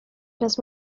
las